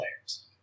players